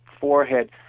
forehead